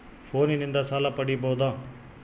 ಫೋನಿನಿಂದ ಸಾಲ ಪಡೇಬೋದ?